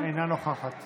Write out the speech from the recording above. אינה נוכחת